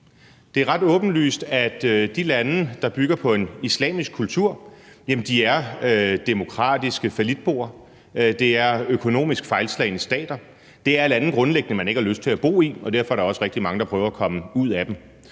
Det er ret åbenlyst, at de lande, der bygger på en islamisk kultur, er demokratiske fallitboer, det er økonomisk fejlslagne stater, og det er grundlæggende lande, man ikke har lyst til at bo i, og derfor er der også rigtig mange, der prøver at komme ud af dem.